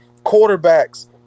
Quarterbacks